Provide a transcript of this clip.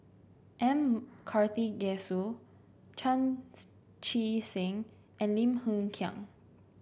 M Karthigesu Chan Chee Seng and Lim Hng Kiang